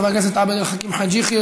חבר הכנסת עבד אל חכים חאג' יחיא,